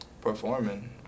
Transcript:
performing